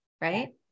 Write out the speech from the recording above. right